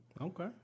Okay